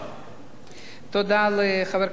תודה לחבר הכנסת דני דנון.